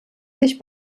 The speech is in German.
sich